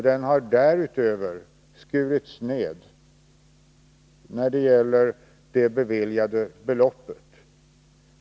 Den har därutöver skurits ned när det gäller det beviljade beloppet.